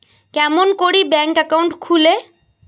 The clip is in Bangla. কেমন করি ব্যাংক একাউন্ট খুলে?